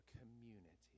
community